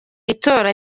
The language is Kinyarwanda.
itora